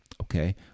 okay